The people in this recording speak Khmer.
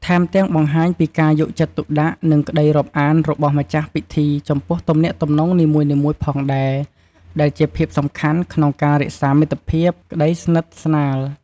ថែមទាំងបង្ហាញពីការយកចិត្តទុកដាក់ និងក្តីរាប់អានរបស់ម្ចាស់ពិធីចំពោះទំនាក់ទំនងនីមួយៗផងដែរ ដែលជាភាពសំខាន់ក្នុងការរក្សាមិត្តភាព ក្តីស្និទ្ធស្នាល ។